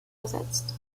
ersetzt